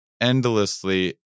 endlessly